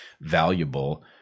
valuable